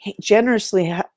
generously